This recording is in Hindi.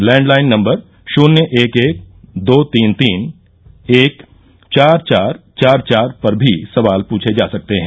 लैंडलाइन नम्बर शून्य एक एक दो तीन तीन एक चार चार चार पर भी सवाल पूछे जा सकते हैं